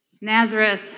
Nazareth